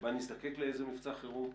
שבה נזדקק לאיזה מבצע חירום,